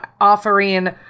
offering